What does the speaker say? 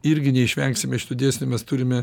irgi neišvengsime šitų dėsnių mes turime